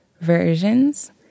versions